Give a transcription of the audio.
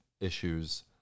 issues